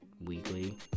weekly